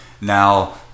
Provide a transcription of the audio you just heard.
Now